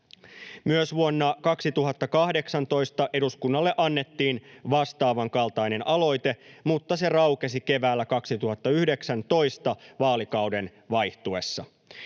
Myös vuonna 2018 eduskunnalle annettiin vastaavan kaltainen aloite, mutta se raukesi keväällä 2019 vaalikauden vaihtuessa.